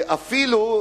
שאפילו,